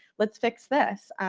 let's fix this.